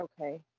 Okay